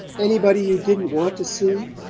anybody you didn't want to see?